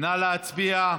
נא להצביע.